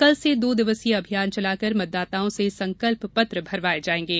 कल से दो दिवसीय अभियान चलाकर मतदाताओं से संकल्प पत्र भरवाये जायेंगे